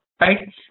Right